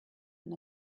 and